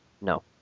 No